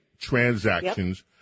transactions